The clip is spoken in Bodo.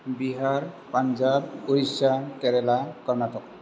बिहार पान्जाब उरिसा केरेला कर्नाटक